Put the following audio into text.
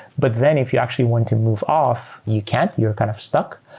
but then if you actually want to move off, you can't. you're kind of stuck.